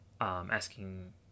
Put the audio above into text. asking